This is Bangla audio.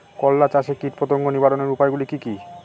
করলা চাষে কীটপতঙ্গ নিবারণের উপায়গুলি কি কী?